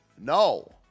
No